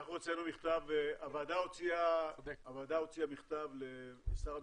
הוועדה הוציאה מכתב לשר המשפטים,